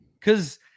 Cause